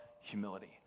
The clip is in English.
humility